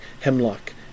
hemlock